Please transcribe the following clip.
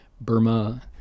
Burma